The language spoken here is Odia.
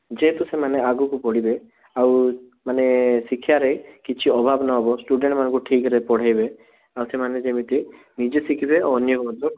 ଯେହେତୁ ସେମାନେ ଆଗକୁ ବଢ଼ିବେ ଆଉ ମାନେ ଶିକ୍ଷାରେ କିଛି ଅଭାବ ନ ହେବ ଷ୍ଟୁଡେଣ୍ଟ୍ମାନଙ୍କୁ ଠିକ୍ରେ ପଢାଇବେ ଆଉ ସେମାନେ ଯେମିତି ନିଜ ଶିଖିବେ ଆଉ ଅନ୍ୟକୁ ମଧ୍ୟ